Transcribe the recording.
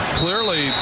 clearly